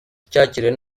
cyakiriwe